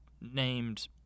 named